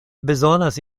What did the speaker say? bezonas